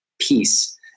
peace